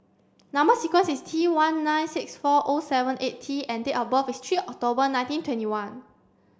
number sequence is T one nine six four O seven eight T and date of birth is three October nineteen twenty one